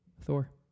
Thor